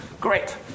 great